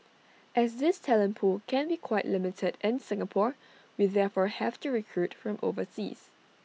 as this talent pool can be quite limited in Singapore we therefore have to recruit from overseas